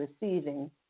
receiving